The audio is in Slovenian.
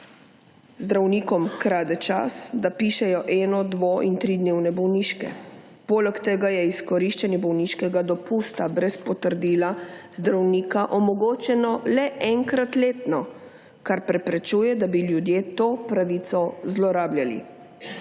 zdravnikom krade čas, da pišejo eno-, dvo- in tridnevne bolniške. Poleg tega je izkoriščanje bolniškega dopusta brez potrdila zdravnika omogočeno le enkrat letno, kar preprečuje, da bi ljudje to pravico zlorabljali.